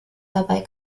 dabei